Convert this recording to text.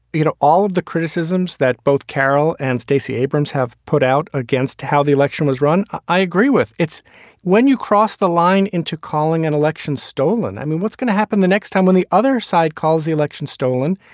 you know, all of the criticisms that both carol and stacey abrams have put out against how the election was run. i agree with it's when you cross the line into calling an election stolen. i mean, what's going to happen the next time when the other side calls the election stolen?